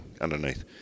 underneath